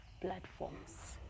platforms